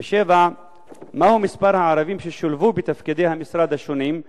7. מהו מספר הערבים ששולבו בתפקידי המשרד השונים,